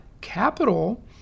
capital